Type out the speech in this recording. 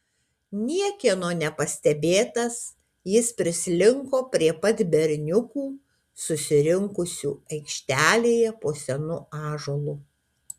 niekieno nepastebėtas jis prislinko prie pat berniukų susirinkusių aikštelėje po senu ąžuolu